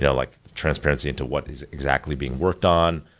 yeah like transparency into what is exactly being worked on.